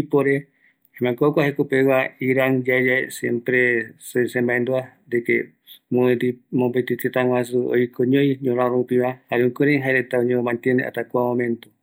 ipore, jare oeka mbaepuere, oï vaera ivateavei ïrü tëtäretagui, jokoropi oïme ñorärö rupi oiko, oïmeko aipo yade yaikua mbae jekopegua küraï oiko vaera